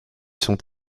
sont